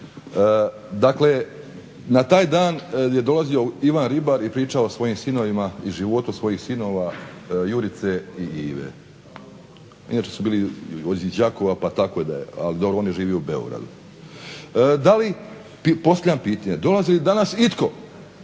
Dakle, na taj dan je dolazio Ivan Ribar i pričao o svojim sinovima i životu svojih sinova Jurice i Ive. Inače su bili iz Đakova pa tko, ali dobro on je živio u Beogradu. Postavljam pitanje, dolazi li danas itko